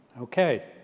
Okay